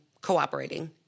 cooperating